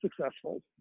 successful